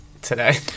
today